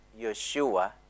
Yeshua